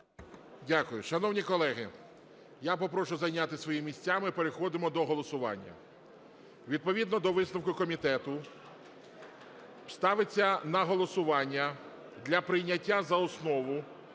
Дякую. Шановні колеги, я попрошу зайняти свої місця, ми переходимо до голосування. Відповідно до висновку комітету ставиться на голосування для прийняття за основу